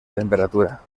temperatura